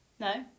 No